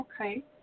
Okay